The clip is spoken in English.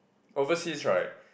overseas right